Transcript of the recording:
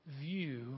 view